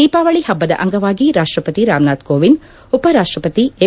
ದೀಪಾವಳಿ ಹಬ್ಬದ ಅಂಗವಾಗಿ ರಾಷ್ಟ್ರಪತಿ ರಾಮನಾಥ್ ಕೋವಿಂದ್ ಉಪರಾಷ್ಟ ಪತಿ ಎಂ